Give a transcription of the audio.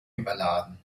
überladen